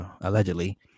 allegedly